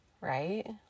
Right